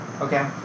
Okay